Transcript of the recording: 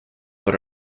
but